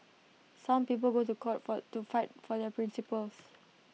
some people go to court for to fight for their principles